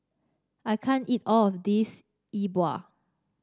I can't eat all of this Yi Bua